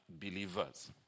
believers